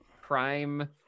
Prime